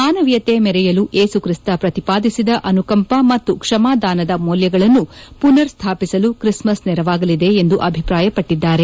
ಮಾನವೀಯತೆ ಮೆರೆಯಲು ಯೇಸುಕ್ರಿಸ್ತ ಪ್ರತಿಪಾದಿಸಿದ ಅನುಕಂಪ ಮತ್ತು ಕ್ಷಮಾದಾನದ ಮೌಲ್ಲಗಳನ್ನು ಮನರ್ ಸ್ಥಾಪಿಸಲು ಕ್ರಿಸ್ಮಸ್ ನೆರವಾಗಲಿದೆ ಎಂದು ಅಭಿಪ್ರಾಯಪಟ್ಟದ್ದಾರೆ